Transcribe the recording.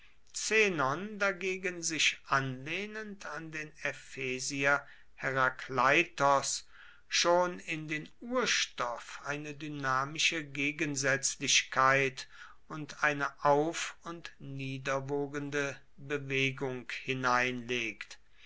dagegen sich anlehnend an den ephesier herakleitos schon in den urstoff eine dynamische gegensätzlichkeit und eine auf und niederwogende bewegung hineinlegt